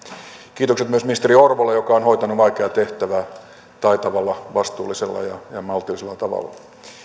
kiitokset myös ministeri orpolle joka on hoitanut vaikeaa tehtävää taitavalla vastuullisella ja maltillisella tavalla